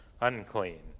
unclean